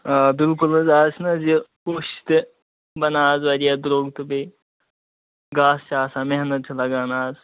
آ بِلکُل حظ اَز چھُنہٕ حظ یہِ کوٚش تہِ بَنان اَز واریاہ درٛۅگ تہٕ بیٚیہِ گاسہٕ چھِ آسان محنت چھِ لَگان اَز